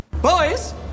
Boys